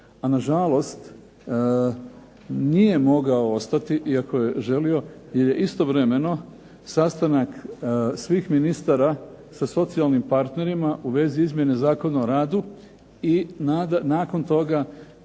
a na žalost nije mogao ostati iako je želio, jer je istovremeno sastanak svih ministara sa socijalnim partnerima u vezi izmjene Zakona o radu. I nakon toga